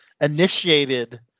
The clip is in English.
initiated